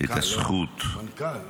את הזכות --- למנכ"ל.